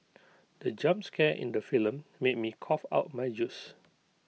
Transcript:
the jump scare in the film made me cough out my juice